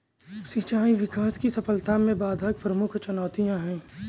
सिंचाई विकास की सफलता में बाधक प्रमुख चुनौतियाँ है